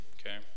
Okay